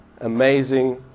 amazing